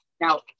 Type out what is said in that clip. now